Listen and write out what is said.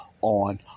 on